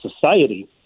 society